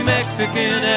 Mexican